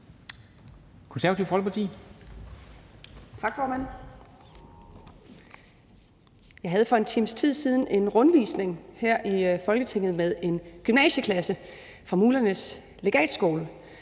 Jeg havde for en times tid siden en rundvisning her i Folketinget med en gymnasieklasse fra Mulernes Legatskole,